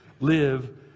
live